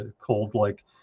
cold-like